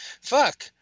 fuck